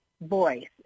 voice